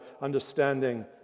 understanding